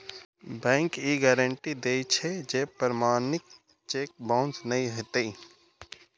bank ई guarantee दै छै, जे प्रमाणित चेक बाउंस नै हेतै